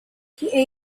the